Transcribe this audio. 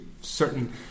certain